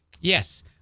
Yes